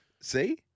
See